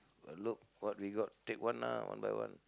a look what we got take one ah one by one